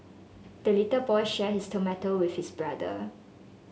the little boy shared his tomato with his brother